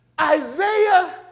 Isaiah